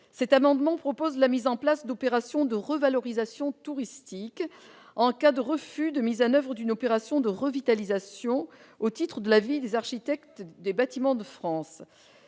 Cet amendement vise la mise en place d'opérations de revalorisation touristique en cas de refus de mise en oeuvre d'une opération de revitalisation OSER au titre de l'avis des architectes de bâtiments de France.